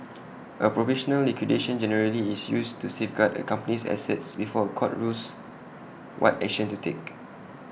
A provisional liquidation generally is used to safeguard A company's assets before A court rules what action to take